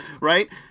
Right